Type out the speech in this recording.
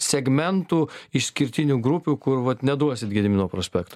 segmentų išskirtinių grupių kur vat neduosit gedimino prospekto